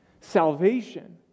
Salvation